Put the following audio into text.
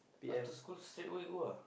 after school straight away go ah